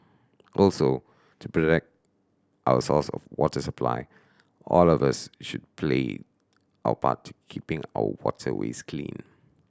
also to protect our source of water supply all of us should play our part keeping our waterways clean